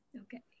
Okay